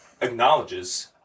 acknowledges